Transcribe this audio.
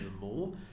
more